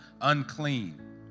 unclean